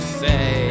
say